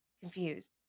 confused